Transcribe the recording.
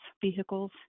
vehicles